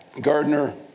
Gardner